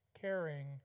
caring